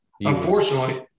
Unfortunately